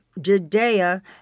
Judea